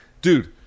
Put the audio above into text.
Dude